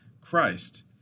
Christ